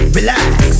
Relax